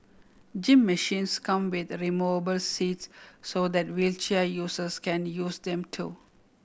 gym machines come with removable seats so that wheelchair users can use them too